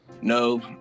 No